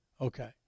Okay